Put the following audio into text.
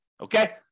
Okay